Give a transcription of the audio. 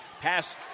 Pass